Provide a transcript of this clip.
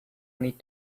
need